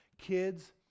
Kids